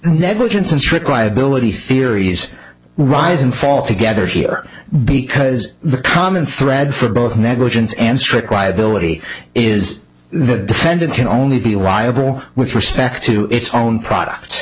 negligence in strict liability theories rise and fall together here because the common thread for both negligence and strict liability is the defendant can only be liable with respect to its own product